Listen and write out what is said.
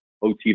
OT